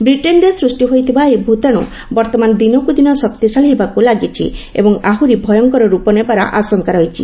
ବ୍ରିଟେନ୍ରେ ସୃଷ୍ଟି ହୋଇଥିବା ଏହି ଭ୍ତାଣୁ ବର୍ତ୍ତମାନ ଦିନକୁ ଦିନ ଶକ୍ତିଶାଳୀ ହେବାକୁ ଲାଗିଛି ଏବଂ ଆହୁରି ଭୟଙ୍କର ରୂପ ନେବାର ଆଶଙ୍କା ରହିଛି